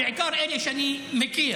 בעיקר את אלה שאני מכיר,